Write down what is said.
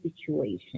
situation